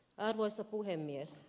arvoisa puhemies